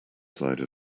side